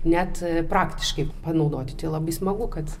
net praktiškai panaudoti tai labai smagu kad